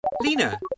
lena